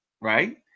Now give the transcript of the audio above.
right